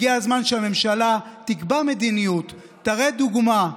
הגיע הזמן שהממשלה תקבע מדיניות, תראה דוגמה,